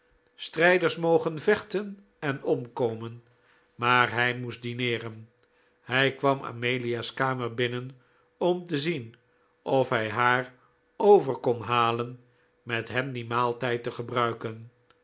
strijders mogen vechten en omkomen maar hij moest dineeren hij kwam amelia's kamer binnen om te zien of hij haar over kon halen met hem dien maaltijd te gebruiken